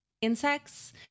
insects